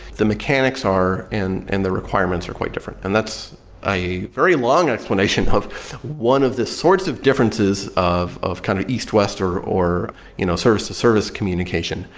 the mechanics are and and the requirements are quite different. and that's a very long explanation of one of the sorts of differences of of kind of east-west, or or you know service service communication,